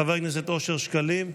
חבר הכנסת אושר שקלים,